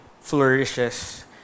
flourishes